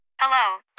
Hello